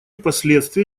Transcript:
последствия